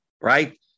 right